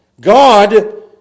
God